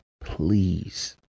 Please